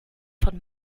von